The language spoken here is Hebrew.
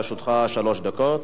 לרשותך שלוש דקות.